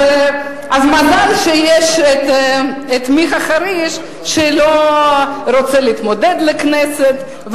אז מזל שיש את מיכה חריש שלא רוצה להתמודד לכנסת,